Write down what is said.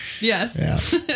Yes